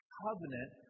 covenant